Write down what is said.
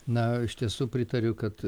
na iš tiesų pritariu kad